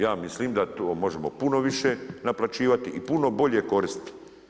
Ja mislim da to možemo puno više naplaćivati i puno bolje koristiti.